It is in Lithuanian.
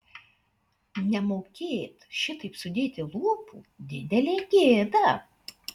nemokėt šitaip sudėti lūpų didelė gėda